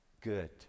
good